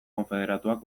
konfederatuak